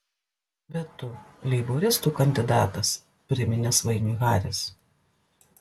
bet tu leiboristų kandidatas priminė svainiui haris